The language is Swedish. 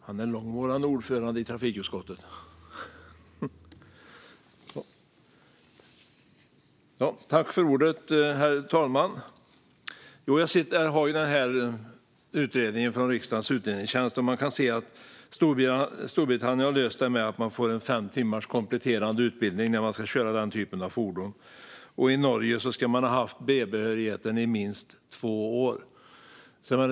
Herr talman! Jag har här utredningen från Riksdagens utredningstjänst. Vi kan se att Storbritannien har löst detta med att man får en fem timmars kompletterande utbildning när man ska köra den här typen av fordon. I Norge ska man ha haft B-behörighet i minst två år.